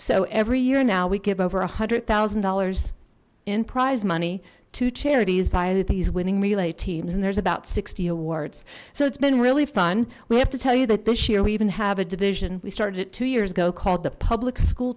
so every year now we give over a hundred thousand dollars in prize money to charities via that these winning relay teams and there's about sixty awards so it's been really fun we have to tell you that this year we even have a division we started at two years ago called the public school